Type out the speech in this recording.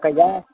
कहिआ